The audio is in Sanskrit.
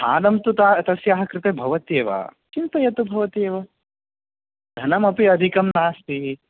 स्थानं तु ता तस्याः कृते भवत्येव चिन्तयतु भवती एव धनमपि अधिकं नास्ति